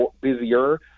busier